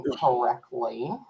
correctly